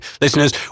listeners